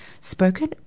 Spoken